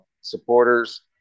supporters